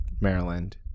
maryland